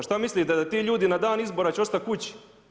Šta mislite da ti ljudi na dan izbora će ostati kući?